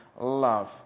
love